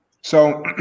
So-